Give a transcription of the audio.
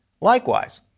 Likewise